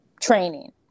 training